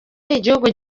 nk’igihugu